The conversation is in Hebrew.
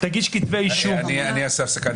תגיש כתבי אישום --- אני אעשה הפסקה.